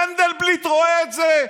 מנדלבליט רואה את זה,